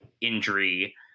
injury